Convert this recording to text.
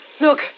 Look